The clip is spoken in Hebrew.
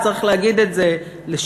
צריך להגיד את זה לשבחך.